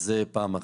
זה פעם אחת.